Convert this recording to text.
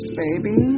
baby